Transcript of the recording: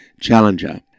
Challenger